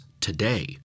today